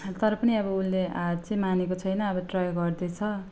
तर पनि अब उसले हार चाहिँ मानेको छैन अब ट्राई गर्दैछ